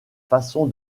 façon